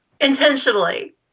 intentionally